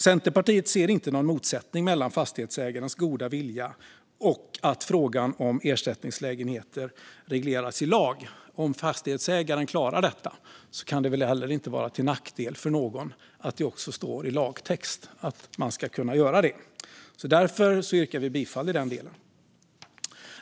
Centerpartiet ser dock ingen motsättning mellan fastighetsägarens goda vilja och att frågan om ersättningslägenheter regleras i lag. Om fastighetsägaren klarar detta kan det väl heller inte vara till nackdel för någon att det också står i lagtext att man ska kunna göra det. Därför yrkar vi bifall i den delen.